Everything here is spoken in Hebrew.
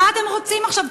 מה אתם רוצים עכשיו?